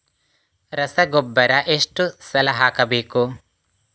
ರಸಗೊಬ್ಬರ ಎಷ್ಟು ಸಲ ಹಾಕಬೇಕು?